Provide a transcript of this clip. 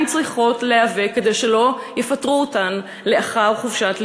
צריכות להיאבק כדי שלא יפטרו אותן לאחר חופשת לידה,